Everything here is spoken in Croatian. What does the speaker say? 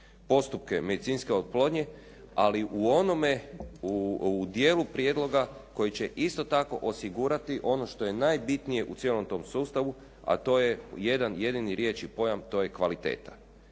postupke medicinske oplodnje, ali u onome, u dijelu prijedloga koji će isto tako osigurati ono što je najbitnije u cijelom tom sustavu, a to je jedan jedini riječ i pojam to je kvaliteta.